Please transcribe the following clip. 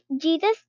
Jesus